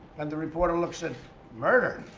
and the reporter looks at murder?